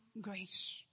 grace